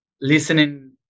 listening